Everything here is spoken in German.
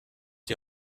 die